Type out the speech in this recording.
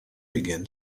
began